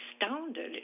astounded